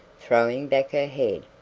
throwing back her head,